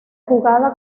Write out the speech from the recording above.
jugada